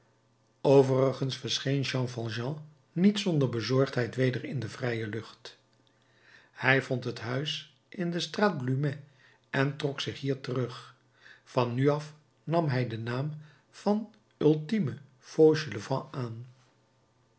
overigens verscheen jean valjean niet zonder bezorgdheid weder in de vrije lucht hij vond het huis in de straat plumet en trok zich hier terug van nu af nam hij den naam van ultime fauchelevent aan